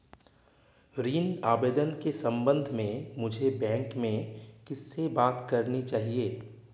ऋण आवेदन के संबंध में मुझे बैंक में किससे बात करनी चाहिए?